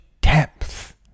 depth